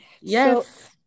Yes